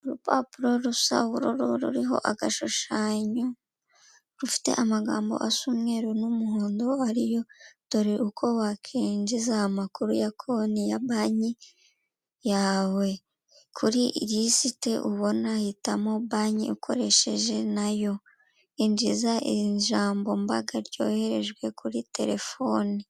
Urupapuro rusa ubururu, ruriho agashushanyo, rufite amagambo asa umweru n'umuhondo, ariyo, dore uko wakwinjiza amakuru ya konti ya banki yawe, kuri risiti ubona hitamo banki ukoresheje nayo, injiza ijambo mbanga ryoherejwe kuri terefoni.